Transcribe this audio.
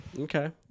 Okay